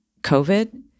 COVID